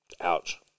Ouch